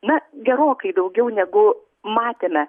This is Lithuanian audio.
na gerokai daugiau negu matėme